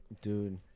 Dude